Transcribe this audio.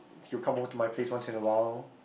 you come over to my place once a while